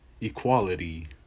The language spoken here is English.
Equality